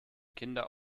kinder